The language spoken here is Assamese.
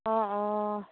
অঁ অঁ